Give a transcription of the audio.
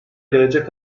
gelecek